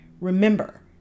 remember